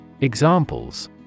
Examples